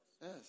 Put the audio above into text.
Yes